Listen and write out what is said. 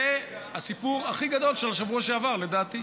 זה הסיפור הכי גדול של השבוע שעבר, לדעתי.